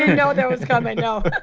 know that was coming, no